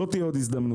לא תהיה עוד הזדמנות.